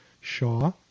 Shaw